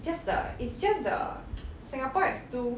just the it's just the singapore is too